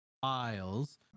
Files